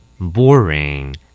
Boring